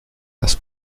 las